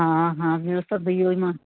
हा हा ॿियो त बि हो ई मां